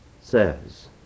says